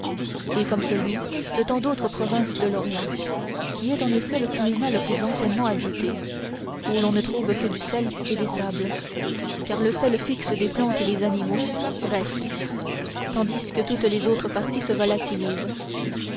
et comme celui de tant d'autres provinces de l'orient qui est en effet le climat le plus anciennement habité où l'on ne trouve que du sel et des sables car le sel fixe des plantes et des animaux reste tandis que toutes les autres parties se volatilisent